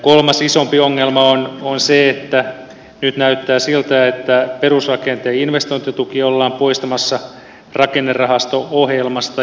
kolmas isompi ongelma on se että nyt näyttää siltä että perusrakenteen investointitukia ollaan poistamassa rakennerahasto ohjelmasta